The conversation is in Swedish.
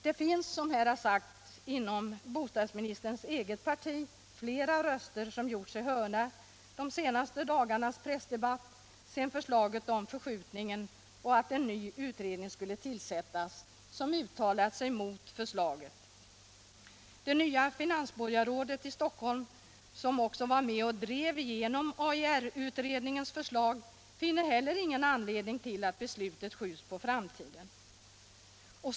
Det finns, som här har sagts, inom bostadsministerns eget parti flera röster som gjort sig hörda i de senaste dagarnas pressdebatt, sedan beskedet kom om förskjutningen och att en ny utredning skulle tillsättas, och som uttalat sig mot det förslaget. Det nya finansborgarrådet i Stockholm, som var med och drev igenom AIR-utredningens förslag, finner ingen anledning till att beslutet skjuts på framtiden.